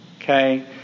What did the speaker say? Okay